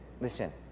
Listen